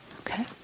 Okay